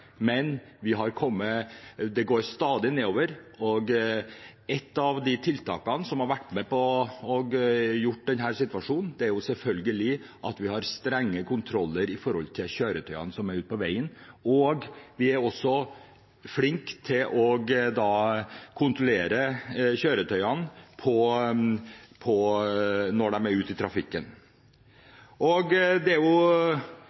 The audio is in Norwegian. men det går stadig nedover. Et av de tiltakene som har vært med på å skape denne situasjonen, er selvfølgelig at vi har strenge kontroller av kjøretøyene som skal ut på veien, og vi er også flinke til å kontrollere kjøretøyene når de er ute i trafikken. Det er